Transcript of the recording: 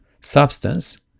substance